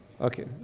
okay